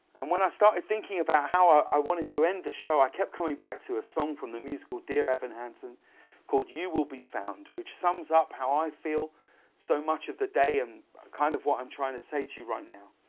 and when i started thinking about how i i wanted to end the show, i kept coming back to a song from the musical dear evan hansen called you will be found. it sums up how i feel so much of the day and kind of what i am trying to say to you right now.